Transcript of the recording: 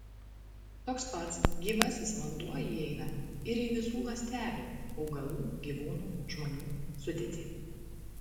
toks pats gyvasis vanduo įeina ir į visų ląstelių augalų gyvūnų žmonių sudėtį